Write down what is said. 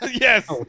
Yes